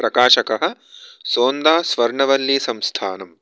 प्रकाशकः सोन्दास् स्वर्णवल्ली संस्थानम्